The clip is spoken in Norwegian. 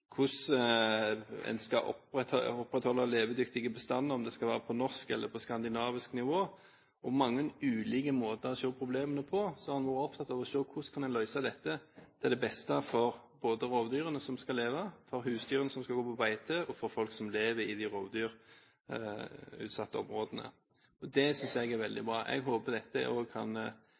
hvordan en skal opprettholde levedyktige bestander – om de skal være på norsk eller på skandinavisk nivå – og med hensyn til mange ulike måter å se problemene på, har en vært opptatt av å se på hvordan en kan løse dette til beste for både rovdyrene som skal leve, husdyrene som skal gå på beite, og folk som lever i de rovdyrutsatte områdene. Det synes jeg er veldig bra. Jeg håper dette også kan